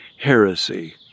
heresy